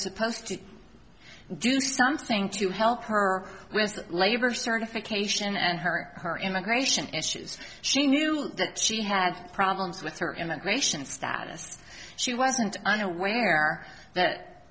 supposed to do something to help her with the labor certification and her or her immigration issues she knew that she had problems with her immigration status she wasn't unaware that